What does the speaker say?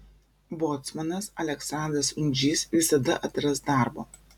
bocmanas aleksandras undžys visada atras darbo